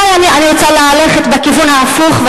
אני רוצה ללכת בכיוון ההפוך,